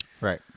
Right